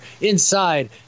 inside